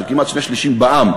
של כמעט שני-שלישים בעם,